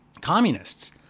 communists